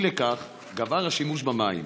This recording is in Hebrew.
אי לכך גבר השימוש במים,